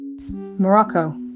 Morocco